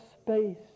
space